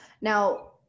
Now